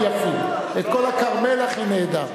כל היערות הכי יפים, את כל הכרמל הכי נהדר.